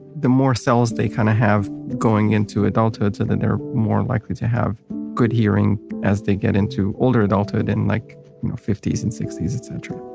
the more cells they kind of have going into adulthood. so then they're more likely to have good hearing as they get into older adulthood, and like fifties and sixties, etc.